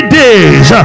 days